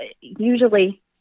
usually